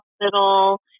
hospital